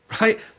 Right